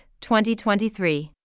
2023